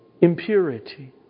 impurity